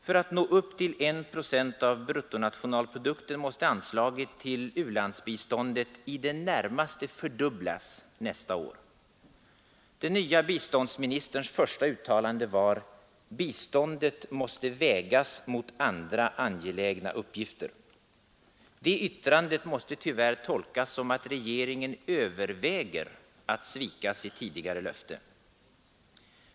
För att nå upp till 1 procent av bruttonationalprodukten måste anslaget till u-landsbiståndet i det närmaste fördubblas nästa år. Den nya biståndsministerns första uttalande var: ”Biståndet måste vägas mot andra angelägna uppgifter.” Det yttrandet måste tyvärr tolkas som att regeringen överväger att svika sitt tidigare löfte.